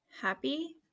Happy